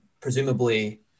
presumably